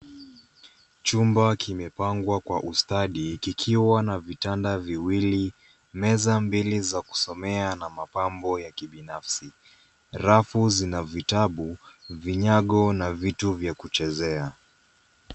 Chumba kimepangwa kwa ustadi kikiwa na vitanda viwili, meza mbili za kusomea na mapambo ya kibinafsi. Rafu zina vitabu, vinyago na vitu vya kuchezea.